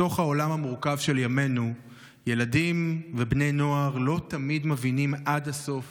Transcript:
בתוך העולם המורכב של ימינו ילדים ובני נוער לא תמיד מבינים עד הסוף